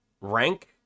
rank